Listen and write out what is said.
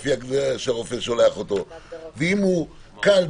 אם הוא קל,